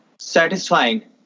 satisfying